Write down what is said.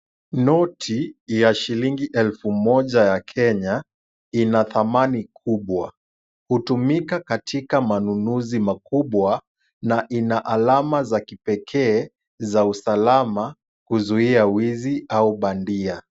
Noti ya shilingi elfu moja ya Kenya ina thamani kubwa. Hutumika katika manunuzi makubwa na ina alama za kipekee za usalama kuzuia wizi au bandia.